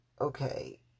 okay